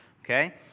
okay